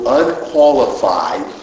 unqualified